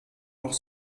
noch